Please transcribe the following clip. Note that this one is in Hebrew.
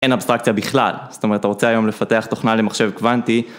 אין אבסטרקציה בכלל, זאת אומרת אתה רוצה היום לפתח תוכנה למחשב קוונטי.